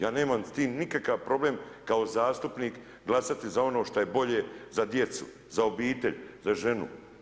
Ja nemam s tim nikakav problem kao zastupnik glasati za ono što je bolje za djecu, za obitelj, za ženu.